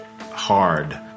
hard